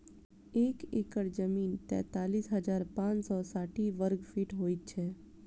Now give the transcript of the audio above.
एक एकड़ जमीन तैँतालिस हजार पाँच सौ साठि वर्गफीट होइ छै